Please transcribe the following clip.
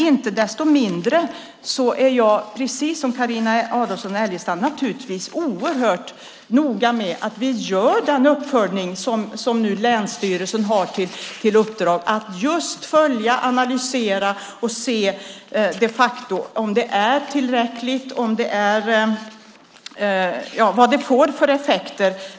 Inte desto mindre är jag precis som Carina Adolfsson Elgestam mycket noga med att vi gör den uppföljning som nu länsstyrelsen har fått i uppdrag. Man ska följa upp och analysera om detta de facto är tillräckligt och vad övergången får för effekter.